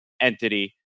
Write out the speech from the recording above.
entity